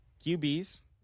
QBs